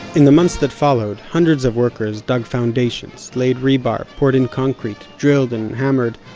in the months that followed hundreds of workers dug foundation, so laid rebar, poured in, concrete, drilled, and hammered.